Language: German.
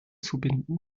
zubinden